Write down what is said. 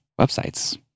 websites